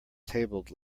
tabled